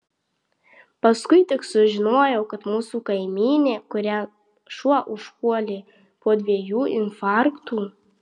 paskui tik sužinojau kad mūsų kaimynė kurią šuo užpuolė po dviejų infarktų